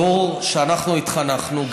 בדור שאנחנו התחנכנו,